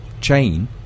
chain